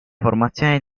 formazione